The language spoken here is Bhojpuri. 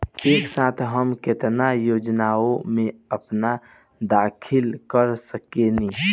एक साथ हम केतना योजनाओ में अपना दाखिला कर सकेनी?